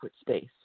space